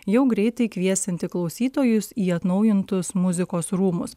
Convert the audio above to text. jau greitai kviesianti klausytojus į atnaujintus muzikos rūmus